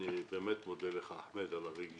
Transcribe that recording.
אני באמת מודה לך על הרגישות.